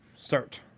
start